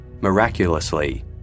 Miraculously